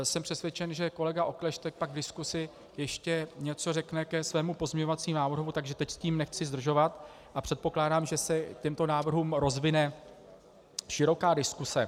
Jsem přesvědčen, že kolega Okleštěk pak v diskusi ještě něco řekne k tomu pozměňovacímu návrhu, takže teď tím nechci zdržovat a předpokládám, že se k těmto návrhům rozvine široká diskuse.